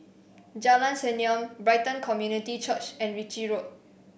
Jalan Senyum Brighton Community Church and Ritchie Road